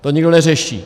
To nikdo neřeší!